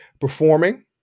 performing